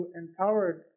empowered